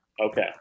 okay